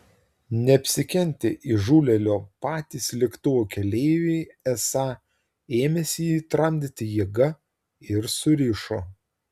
neapsikentę įžūlėlio patys lėktuvo keleiviai esą ėmėsi jį tramdyti jėga ir surišo